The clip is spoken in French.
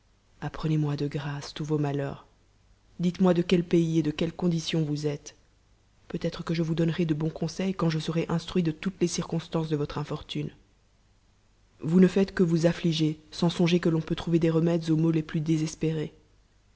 apprenez-moi de grâce tous vos malheurs dites-moi de quel pays et de quelle condition vous êtes peut-être que je vous donnerai de bons conseils quand je serai instruit de toutes les circonstances de votre infortune vous ne faites qué vous affliger sans songer que l'on peut trouver des remèdes aux maux les ptusdésespérés